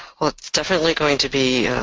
well it's definitely going to be